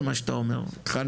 הוציאה